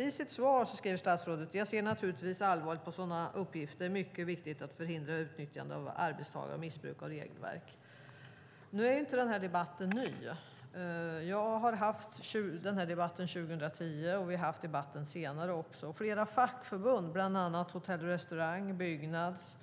I sitt svar skriver han: "Jag ser naturligtvis allvarligt på sådana uppgifter. Det är mycket viktigt att förhindra utnyttjande av arbetstagare och missbruk av regelverket." Nu är ju denna debatt inte ny. Jag hade den här debatten 2010, och vi har haft den senare också. Flera fackförbund, bland annat Hotell och restaurangfacket, Byggnads